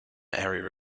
area